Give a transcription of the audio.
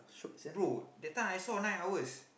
bro that time I saw nine hours